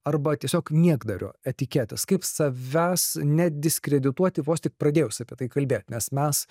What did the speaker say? arba tiesiog niekdario etiketės kaip savęs nediskredituoti vos tik pradėjus apie tai kalbėt nes mes